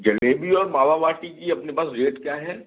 जलेबी और मावा बाटी का अपने पास रेट क्या है